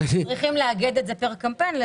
צריכים לאגד את זה פר-קמפיין.